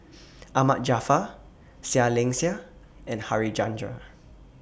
Ahmad Jaafar Seah Liang Seah and Harichandra